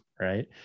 right